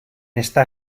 esta